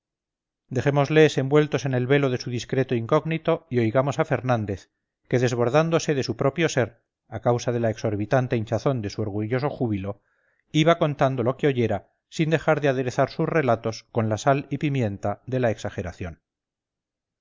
dejémosles envueltos en el velo de su discreto incógnito y oigamos a fernández que desbordándose de su propio ser a causa de la exorbitante hinchazón de su orgulloso júbilo iba contando lo que oyera sin dejar de aderezar sus relatos con la sal y pimienta de la exageración